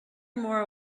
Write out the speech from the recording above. more